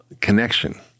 Connection